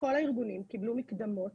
כל הארגונים קיבלו מקדמות